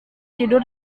tidur